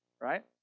right